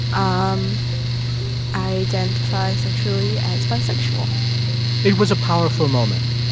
um i identify sexually as bisexual it was a powerful moment.